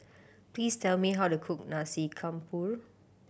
please tell me how to cook Nasi Campur